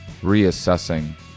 reassessing